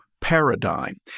paradigm